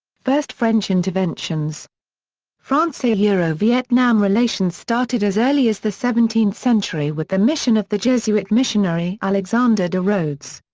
first french interventions france-vietnam relations started as early as the seventeenth century with the mission of the jesuit missionary alexandre de rhodes.